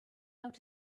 out